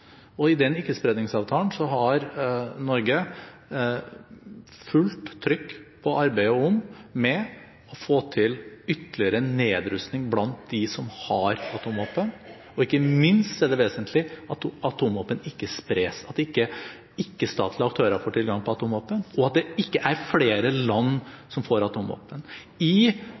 I forbindelse med Ikke-spredningsavtalen har Norge fullt trykk på arbeidet med å få til ytterligere nedrustning blant dem som har atomvåpen. Og ikke minst er det vesentlig at atomvåpen ikke spres, at ikke-statlige aktører ikke får tilgang på atomvåpen, og at det ikke er flere land